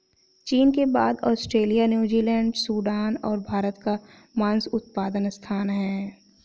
चीन के बाद ऑस्ट्रेलिया, न्यूजीलैंड, सूडान और भारत का मांस उत्पादन स्थान है